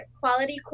quality